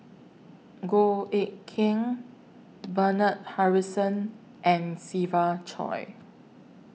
Goh Eck Kheng Bernard Harrison and Siva Choy